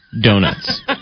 donuts